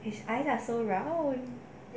his eyes are so round